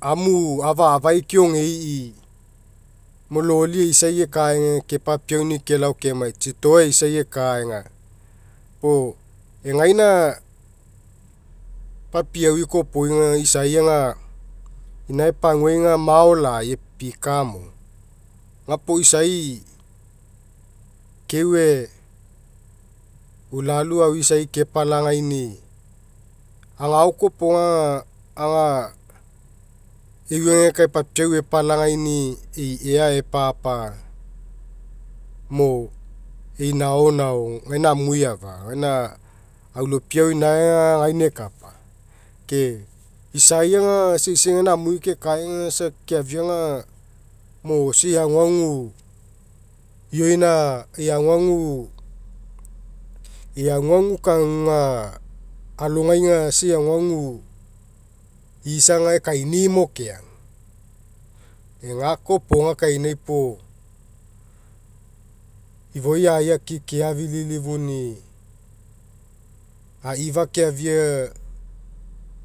Amu afa'fai keogei mo loli eisai ekaega kepapiauni'i kelao kemai tsitoa eisai ekaega puo egaina papiaui kopoi isai aga inae paguai aga mao lai pikamo gapuo isai keue ulaluai isai kepalagain'i. Agao kopoga aga euegekae papiau epalagaini'i ei ea epapa mo ei naonao mo gaina amui eafai gaina au aulopia agao inae aga gaina ekapa. Ke isai aga isa eisai gaina amui kekae aga isa keafia aga mo isa ei aguagu kaguga alogai aga isa ei aguagu isa aga ekaini'i mo keagu egakoa iopoga kainai puo ifoi ai aki'i keafililifuni'i. Aifa keafia